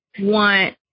want